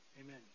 Amen